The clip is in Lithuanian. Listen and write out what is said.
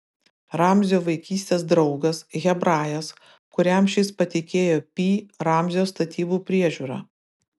ramzio vaikystės draugas hebrajas kuriam šis patikėjo pi ramzio statybų priežiūrą